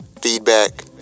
feedback